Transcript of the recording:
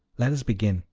let us begin,